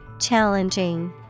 Challenging